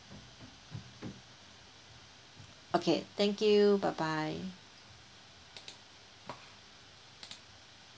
okay thank you bye bye